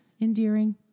endearing